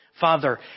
Father